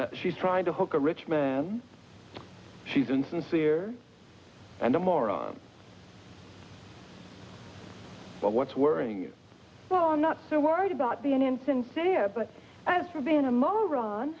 keep she's trying to hook a rich man she's insincere and a moron but what's worrying well i'm not so worried about being insincere but as for being a mole ron